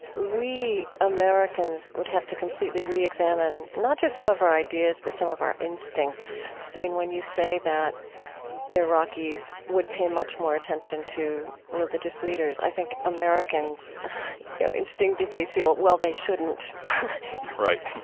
we americans would have to completely re-examine not just some of our ideas, but some of our instincts. i mean, when you say that iraqis would pay much more attention to religious leaders, i think americans, you know, instinctively feel, well, they shouldn't right.